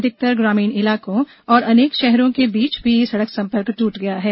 अधिकतर ग्रामीण इलाकों और अनेक शहरों के बीच भी सड़क संपर्क ट्रट गया है